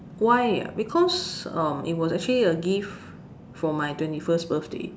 why ah because it was actually a gift for my twenty first birthday